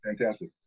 Fantastic